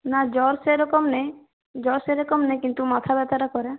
না জ্বর সেরকম নেই জ্বর সেরকম নেই কিন্তু মাথা ব্যথাটা করে